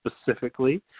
specifically